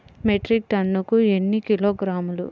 Metric టన్నుకు ఎన్ని కిలోగ్రాములు?